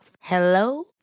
Hello